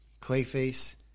Clayface